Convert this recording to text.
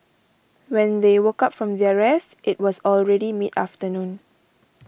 when they woke up from their rest it was already mid afternoon